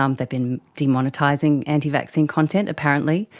um have been demonetising anti-vaccine content apparently.